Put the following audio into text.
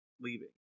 leaving